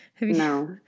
No